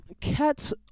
Cats